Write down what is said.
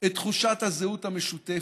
את תחושת הזהות המשותפת?